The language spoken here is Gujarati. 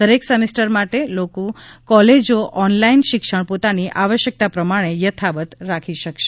દરેક સેમિસ્ટર માટે કૉલેજો ઓનલાઇન શિક્ષણ પોતાની આવશ્યકતા પ્રમાણે યથાવત રાખી શકશે